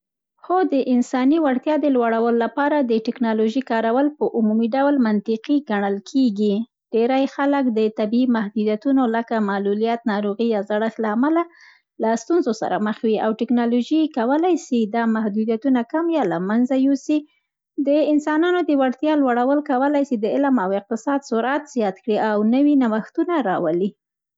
هو، د انساني وړتیاوو د لوړولو لپاره، د ټیکنالوژي کارول په عمومي ډول منطقي ګڼل کېږي. ډېری خلک د طبیعي محدودیتونو، لکه: معلولیت، ناروغۍ، یا زړښت له امله له ستونزو سره مخ وي او ټیکنالوژي کولای سي دا محدودیتونه کم یا له منځه یوسي. د انسانانو د وړتیاوو لوړول کولای سي، د علم او اقتصاد سرعت زیات کړي او نوي نوښتونه راولي.